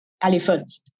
elephants